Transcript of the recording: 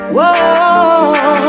Whoa